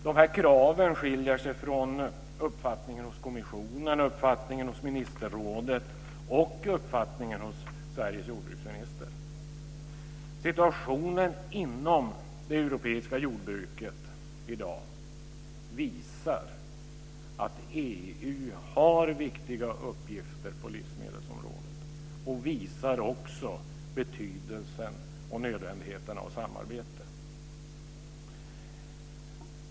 De här kraven skiljer sig från uppfattningen hos kommissionen, hos ministerrådet och hos Sveriges jordbruksminister. Situationen inom det europeiska jordbruket i dag visar att EU har viktiga uppgifter på livsmedelsområdet. Situationen visar också på betydelsen och nödvändigheten av samarbete.